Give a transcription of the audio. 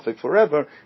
forever